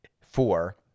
four